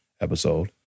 episode